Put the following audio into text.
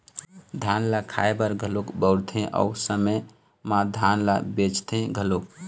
धान ल खाए बर घलोक बउरथे अउ समे म धान ल बेचथे घलोक